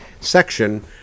section